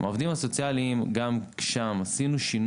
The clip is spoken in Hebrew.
גם שם,